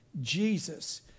Jesus